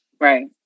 right